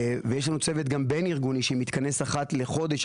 יש לנו צוות גם בין-ארגוני שמתכנס אחת לחודש,